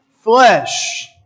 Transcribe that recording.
flesh